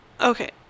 Okay